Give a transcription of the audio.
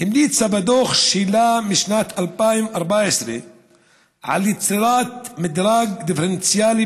המליצה בדוח שלה משנת 2014 על יצירת מדרג דיפרנציאלי